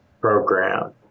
program